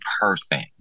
person